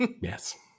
Yes